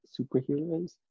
superheroes